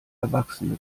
erwachsene